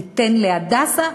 תיתן ל"הדסה",